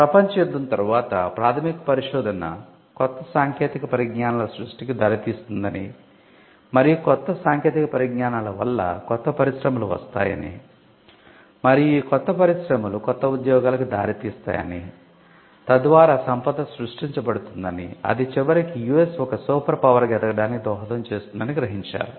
ప్రపంచ యుద్ధం తరువాత ప్రాథమిక పరిశోధన కొత్త సాంకేతిక పరిజ్ఞానాల సృష్టికి దారితీస్తుందని మరియు కొత్త సాంకేతిక పరిజ్ఞానాల వల్ల కొత్త పరిశ్రమలు వస్తాయని మరియు ఈ కొత్త పరిశ్రమలు కొత్త ఉద్యోగాలకు దారి తీస్తాయని తద్వారా సంపద సృష్టించబడుతుందని అది చివరికి యుఎస్ ఒక సూపర్ పవర్ గా ఎదగడానికి దోహదం చేస్తుందని గ్రహించారు